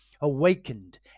awakened